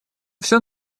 все